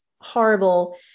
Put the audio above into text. horrible